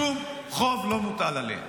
שום חוב לא מוטל עליהם.